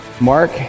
Mark